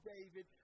David